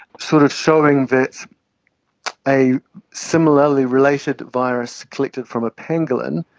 sort of showing that a similarly related virus collected from a pangolin,